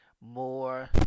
more